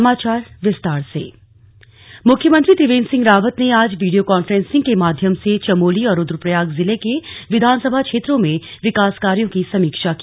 समीक्षा मुख्यमंत्री त्रिवेन्द्र सिंह रावत ने आज वीडियो कांफ्रेंसिंग के माध्यम से चमोली और रुद्रप्रयाग जिले के विधानसभा क्षेत्रों में विकास कार्यों की समीक्षा की